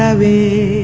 yeah v